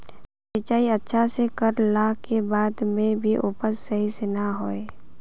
सिंचाई अच्छा से कर ला के बाद में भी उपज सही से ना होय?